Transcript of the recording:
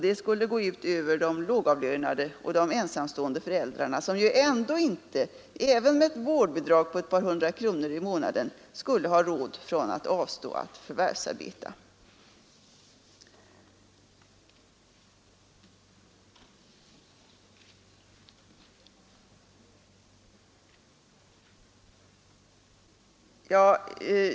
Det skulle gå ut över de lågavlönade och de ensamstående föräldrarna, som ändå inte — med ett vårdnadsbidrag på ett par hundra kronor i månaden — skulle ha råd att avstå från att förvärvsarbeta.